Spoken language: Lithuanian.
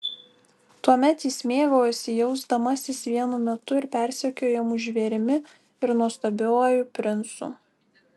tuomet jis mėgaujasi jausdamasis vienu metu ir persekiojamu žvėrimi ir nuostabiuoju princu